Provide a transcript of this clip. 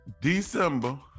December